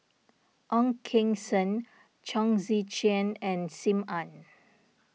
Ong Keng Sen Chong Tze Chien and Sim Ann